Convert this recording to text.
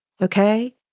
okay